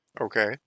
Okay